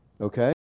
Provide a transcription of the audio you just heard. Okay